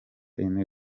ine